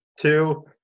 Two